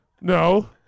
no